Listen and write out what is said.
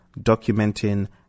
documenting